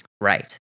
Right